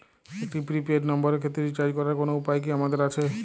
একটি prepaid নম্বরের ক্ষেত্রে রিচার্জ করার কোনো উপায় কি আমাদের আছে?